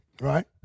right